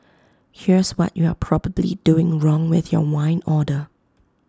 here's what you are probably doing wrong with your wine order